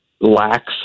lacks